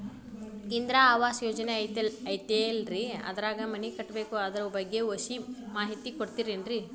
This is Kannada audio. ಇಂದಿರಾ ಆವಾಸ ಯೋಜನೆ ಐತೇಲ್ರಿ ಅದ್ರಾಗ ಮನಿ ಕಟ್ಬೇಕು ಅದರ ಬಗ್ಗೆ ಒಸಿ ಮಾಹಿತಿ ಕೊಡ್ತೇರೆನ್ರಿ?